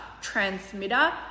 transmitter